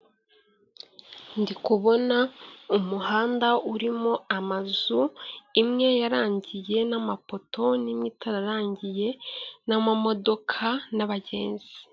Ndi kubona umuhanda urimo amazu imwe yarangiye n'amapoto, n'imwe itararangiye n'amamodoka n'abagenzi.